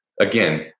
Again